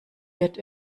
wird